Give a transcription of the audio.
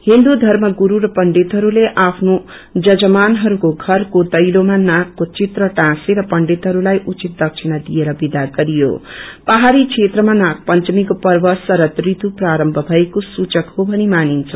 हिन्दु धर्म गुरू र पक्षिडतहरूले आफ्नो जजमानहरूको घरको दैलोमा नागको त्रिख टाँसे र पण्डितहरूलाइ उचित दक्षिणा दिएर विदा गरे पहाड़ी क्षेत्रमा नाग पंचमीको पर्व शरया ऋतु प्रारम्म भएको सूचक को भनी मानिन्छ